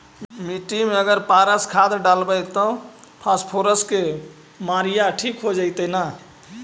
मिट्टी में अगर पारस खाद डालबै त फास्फोरस के माऋआ ठिक हो जितै न?